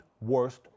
worst